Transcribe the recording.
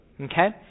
Okay